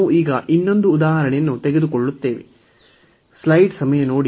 ನಾವು ಈಗ ಇನ್ನೊಂದು ಉದಾಹರಣೆಯನ್ನು ತೆಗೆದುಕೊಳ್ಳುತ್ತೇವೆ